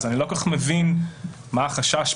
אני לא כל כך מבין מה החשש כאן.